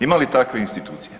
Ima li takve institucije?